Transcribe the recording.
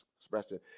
expression